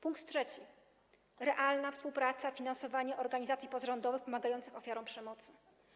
Punkt trzeci: realna współpraca i finansowanie organizacji pozarządowych pomagających ofiarom przemocy.